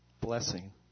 blessing